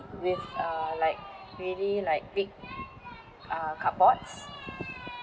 with uh like really like big uh cardboards